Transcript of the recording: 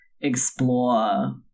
explore